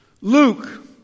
Luke